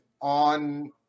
on